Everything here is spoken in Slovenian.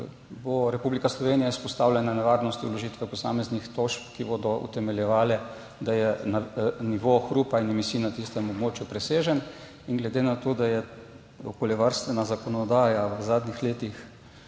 Republika Slovenija izpostavljena nevarnosti vložitve posameznih tožb, ki bodo utemeljevale, da je nivo hrupa in emisij na tistem območju presežen. Glede na to, da je okoljevarstvena zakonodaja v zadnjih letih